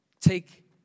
take